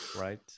Right